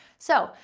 so,